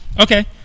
Okay